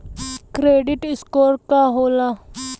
Credit score का होला?